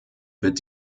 wird